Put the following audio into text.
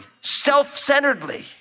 self-centeredly